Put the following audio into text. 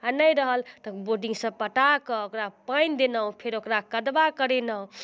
आओर नहि रहल तऽ बोर्डिंगसँ पटा कऽ ओकरा पानि देनहुँ फेर ओकरा कदबा करेनहुँ